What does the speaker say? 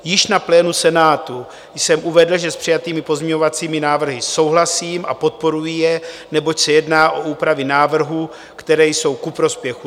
Již na plénu Senátu jsem uvedl, že s přijatými pozměňovacími návrhy souhlasím a podporuji je, neboť se jedná o úpravy návrhu, které jsou ku prospěchu.